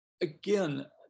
again